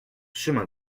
chemin